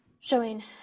showing